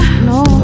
no